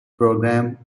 programme